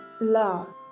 love